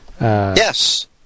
yes